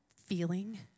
feeling